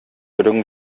үрүҥ